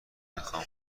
میخوام